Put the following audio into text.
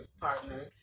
partner